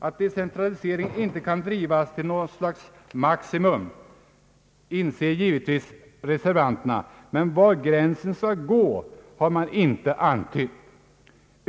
Att decentraliseringen inte kan drivas till något slags maximum inser givetvis reservanterna, men var gränsen skall gå har man inte antytt.